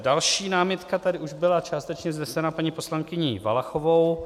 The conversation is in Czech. Další námitka tady už byla částečně vznesena paní poslankyní Valachovou.